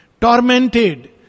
Tormented